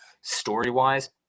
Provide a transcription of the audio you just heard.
story-wise